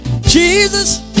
jesus